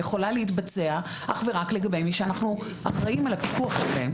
יכולה להתבצע אך ורק לגבי מי שאנחנו אחראים על הפיקוח עליו.